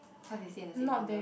cause they stay in the same condo